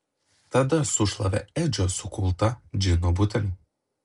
tada sušlavė edžio sukultą džino butelį